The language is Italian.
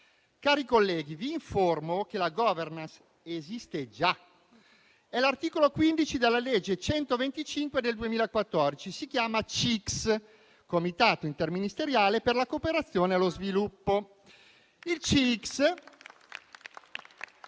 Cari colleghi, vi informo che la *governance* esiste già; è l'articolo 15 della legge n. 125 del 2014: si chiama CICS (Comitato interministeriale per la cooperazione allo sviluppo).